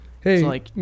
Hey